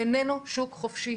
איננו שוק חופשי,